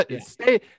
Stay